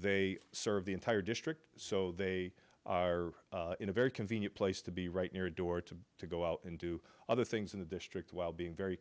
they serve the entire district so they are in a very convenient place to be right near a door to to go out and do other things in the district while being very